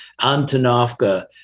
Antonovka